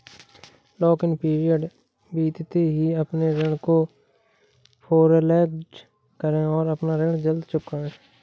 lock in period बीतते ही अपने ऋण को फोरेक्लोज करे और अपना ऋण जल्द चुकाए